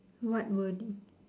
what wording